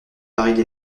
pareille